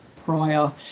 prior